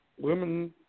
women